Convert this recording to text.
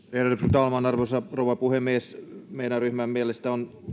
talman arvoisa rouva puhemies meidän ryhmämme mielestä on